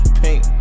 pink